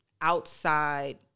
outside